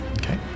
Okay